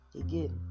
again